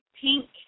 pink